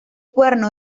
cuerno